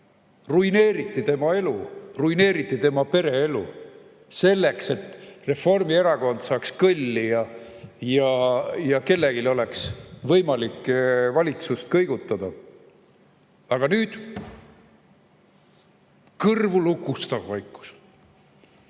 Ruineeriti tema elu, ruineeriti tema pereelu, selleks et Reformierakond saaks kõlli ja kellelgi oleks võimalik valitsust kõigutada. Aga nüüd on kõrvulukustav vaikus!